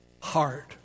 heart